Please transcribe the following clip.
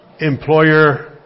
employer